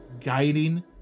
guiding